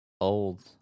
old